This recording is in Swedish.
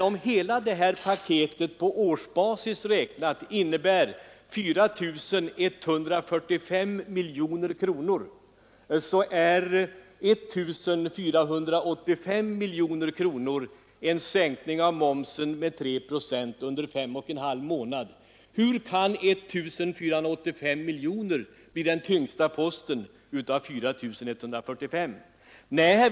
Om hela detta paket räknat på årsbasis betyder 4 145 miljoner kronor, så är 1485 miljoner kronor endast den del som svarar mot en momssänkning på 3 procent under fem och en halv månader. Hur kan 1 485 miljoner då vara den tyngsta posten av 4 145 miljoner?